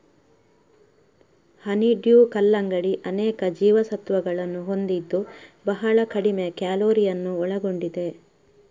honeydew ಕಲ್ಲಂಗಡಿ ಅನೇಕ ಜೀವಸತ್ವಗಳನ್ನು ಹೊಂದಿದ್ದು ಬಹಳ ಕಡಿಮೆ ಕ್ಯಾಲೋರಿಯನ್ನು ಒಳಗೊಂಡಿದೆ